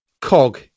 cog